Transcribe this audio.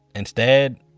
instead,